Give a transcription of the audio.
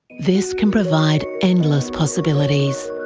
this can provide endless possibilities,